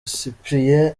cyprien